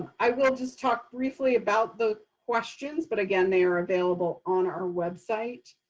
i will just talk briefly about the questions. but again, they are available on our website.